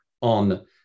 on